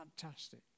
fantastic